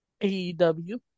AEW